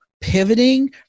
pivoting